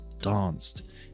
danced